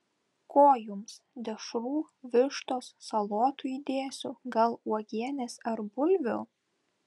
ko jums dešrų vištos salotų įdėsiu gal uogienės ar bulvių